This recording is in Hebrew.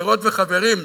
חברות וחברים,